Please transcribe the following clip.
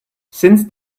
since